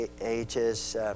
ages